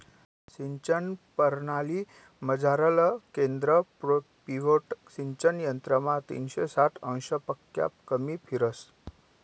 सिंचन परणालीमझारलं केंद्र पिव्होट सिंचन यंत्रमा तीनशे साठ अंशपक्शा कमी फिरस